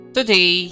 Today